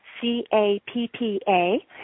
C-A-P-P-A